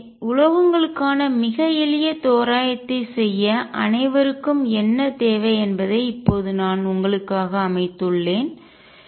எனவே உலோகங்களுக்கான மிக எளிய தோராயத்தை செய்ய அனைவருக்கும் என்ன தேவை என்பதை இப்போது நான் உங்களுக்காக அமைத்துள்ளேன்